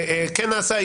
כן נעשה?